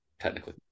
Technically